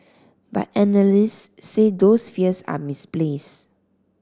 but analysts say those fears are misplaced